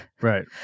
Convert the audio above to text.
right